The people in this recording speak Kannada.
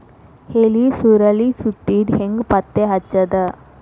ಎಲಿ ಸುರಳಿ ಸುತ್ತಿದ್ ಹೆಂಗ್ ಪತ್ತೆ ಹಚ್ಚದ?